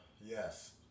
yes